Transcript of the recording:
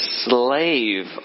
slave